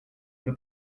peut